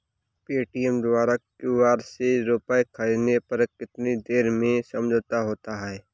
Paytm द्वारा QR से रूपए ख़रीदने पर कितनी देर में समझौता होता है?